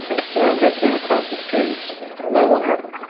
and they came across the street and then what happened?